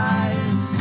eyes